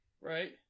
Right